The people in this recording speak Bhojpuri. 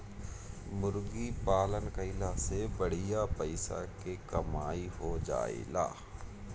मुर्गी पालन कईला से बढ़िया पइसा के कमाई हो जाएला